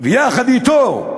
ויחד אתו,